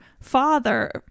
father